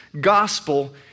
gospel